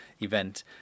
event